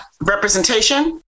representation